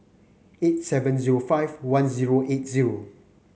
eight seven zero five one zero eight zero